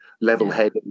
level-headed